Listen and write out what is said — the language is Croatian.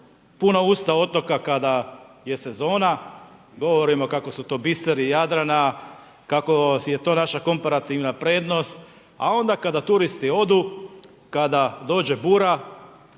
puna usta otoka kada je sezona, govorimo kako su to biseri Jadrana, kako je to naša komparativna prednost, a onda kada turisti odu, kada dođe bura,